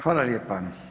Hvala lijepa.